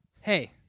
Hey